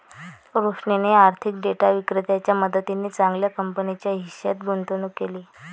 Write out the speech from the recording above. रोशनीने आर्थिक डेटा विक्रेत्याच्या मदतीने चांगल्या कंपनीच्या हिश्श्यात गुंतवणूक केली